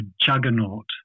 juggernaut